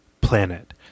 planet